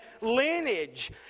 lineage